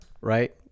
right